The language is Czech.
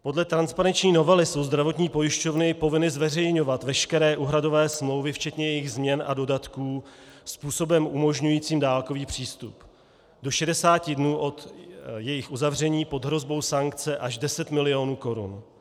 Podle transparenční novely jsou zdravotní pojišťovny povinny zveřejňovat veškeré úhradové smlouvy včetně jejich změn a dodatků způsobem umožňujícím dálkový přístup do 60 dnů od jejich uzavření pod hrozbou sankce až deset milionů korun.